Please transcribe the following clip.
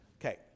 Okay